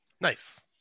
Nice